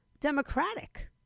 democratic